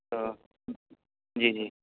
تو جی جی